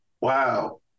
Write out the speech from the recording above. wow